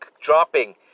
dropping